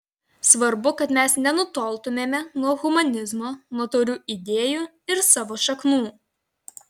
svarbu kad mes nenutoltumėme nuo humanizmo nuo taurių idėjų ir savo šaknų